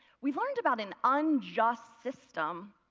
we've learned about an unjust system.